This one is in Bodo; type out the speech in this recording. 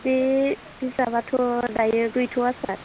बे बिजाबाथ' दायो गैथ'वा सार